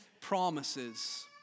promises